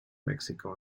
mexico